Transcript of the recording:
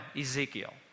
Ezekiel